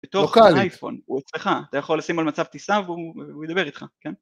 בתור קהל אייפון, הוא אצלך, אתה יכול לשים על מצב טיסה והוא ידבר איתך